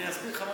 אני אסביר לך מה